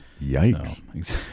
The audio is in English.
Yikes